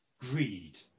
greed